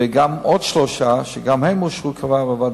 וגם עוד שלושה שגם הם כבר אושרו.